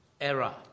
error